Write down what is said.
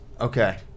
Okay